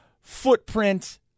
footprint